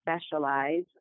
specialize